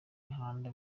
mihanda